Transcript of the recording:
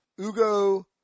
Ugo